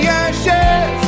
ashes